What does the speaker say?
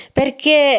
perché